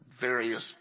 various